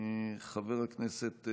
חברות וחברי הכנסת,